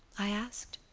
i asked.